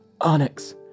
Onyx